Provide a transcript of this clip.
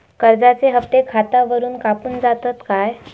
कर्जाचे हप्ते खातावरून कापून जातत काय?